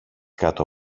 κάτω